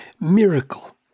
miracle